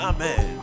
Amen